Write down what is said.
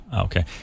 Okay